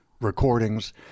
recordings